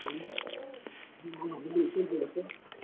हम्म हम्म बिल्कुलु बिल्कुलु